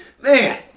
man